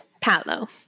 Palo